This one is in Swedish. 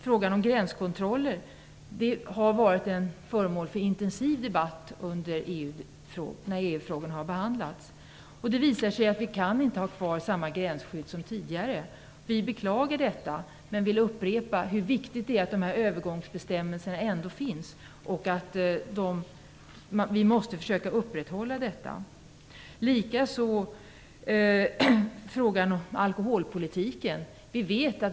Frågan om gränskontroller har varit föremål för en intensiv debatt när EU-frågan har behandlats. Det har visat sig att vi inte kan ha kvar samma gränsskydd som tidigare. Vi beklagar detta men vill upprepa hur viktigt det ändå är att det finns övergångsbestämmelser och att vi måste försöka att upprätthålla gränskontroller. Detsamma gäller frågan om alkoholpolitiken.